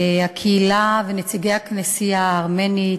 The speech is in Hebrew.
הקהילה ונציגי הכנסייה הארמנית,